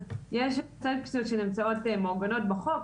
אז יש סנקציות שנמצאות מעוגנות בחוק,